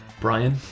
Brian